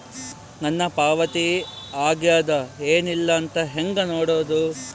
ನನ್ನ ಪಾವತಿ ಆಗ್ಯಾದ ಏನ್ ಇಲ್ಲ ಅಂತ ಹೆಂಗ ನೋಡುದು?